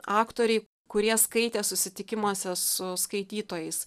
aktoriai kurie skaitė susitikimuose su skaitytojais